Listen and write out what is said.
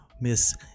miss